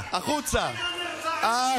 חבר הכנסת ווליד טאהא,